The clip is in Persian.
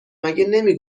نمی